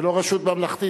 ולא רשות ממלכתית.